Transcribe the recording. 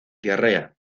diarrea